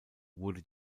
wurde